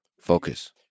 focus